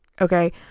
okay